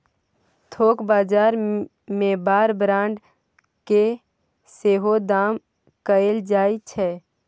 थोक बजार मे बार ब्रांड केँ सेहो दाम कएल जाइ छै